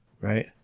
right